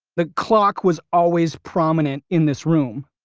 the clock was always prominent in this room,